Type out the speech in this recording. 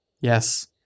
Yes